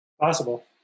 Possible